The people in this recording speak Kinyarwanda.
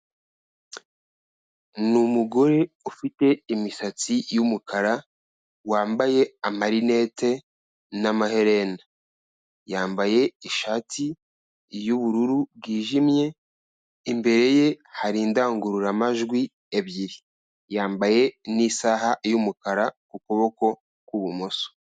Ni umugore ufite imisatsi y'umukara wambaye amarinete n'amaherena, yambaye ishati y'ubururu bwijimye, imbere ye hari indangururamajwi ebyiri, yambaye n'isaha y'umukara ku kuboko kw'ibumoso.